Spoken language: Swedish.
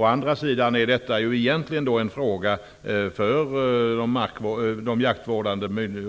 Å andra sidan är detta egentligen en fråga för de